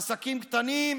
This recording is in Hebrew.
עסקים קטנים,